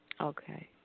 Okay